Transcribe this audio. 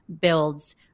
builds